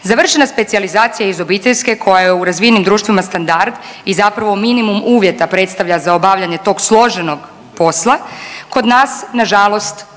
Završena specijalizacija iz obiteljske koja je u razvijenim društvima standard i zapravo minimum uvjeta predstavlja za obavljanje tog složenog posla, kod nas nažalost